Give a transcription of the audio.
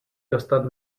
dostat